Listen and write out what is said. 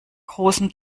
großen